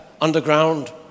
underground